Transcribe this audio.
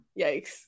Yikes